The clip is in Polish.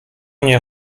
nie